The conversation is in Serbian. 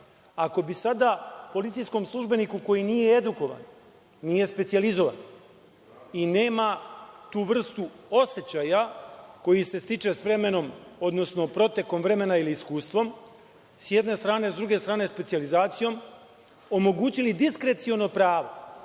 Ako bi sada policijskom službeniku koji nije edukovan, nije specijalizovan i nema tu vrstu osećaja koji se stiče sa vremenom, odnosno protekom vremena ili iskustvom, sa jedne strane, sa druge strane specijalizacijom, omogućili diskreciono pravo